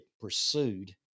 pursued